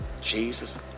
Jesus